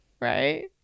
right